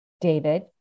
David